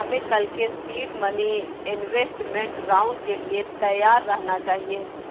हमें कल के सीड मनी इन्वेस्टमेंट राउंड के लिए तैयार रहना चाहिए